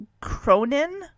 Cronin